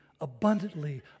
abundantly